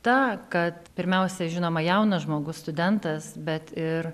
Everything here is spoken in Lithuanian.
tą kad pirmiausia žinoma jaunas žmogus studentas bet ir